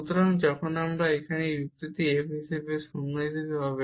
সুতরাং যখন আমাদের এখানে এই যুক্তিটি f হিসাবে 0 হিসাবে হবে